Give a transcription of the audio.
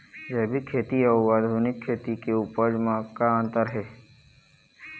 जैविक खेती अउ आधुनिक खेती के उपज म का अंतर हे?